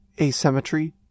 asymmetry